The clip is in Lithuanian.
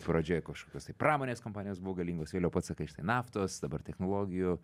pradžioje kažkokios tai pramonės kompanijos buvo galingos vėliau pats sakai štai naftos dabar technologijų